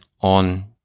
on